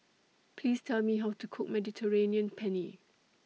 Please Tell Me How to Cook Mediterranean Penne